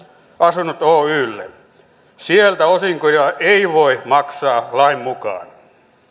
asunnot oylle sieltä osinkoja ei voi maksaa lain mukaan